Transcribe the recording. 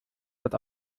hat